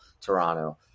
Toronto